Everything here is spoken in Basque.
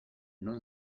non